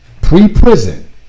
pre-prison